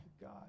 god